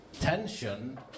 tension